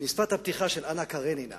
משפט הפתיחה של אנה קרנינה